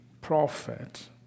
prophet